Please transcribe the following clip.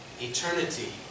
Eternity